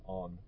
on